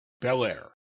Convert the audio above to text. Belair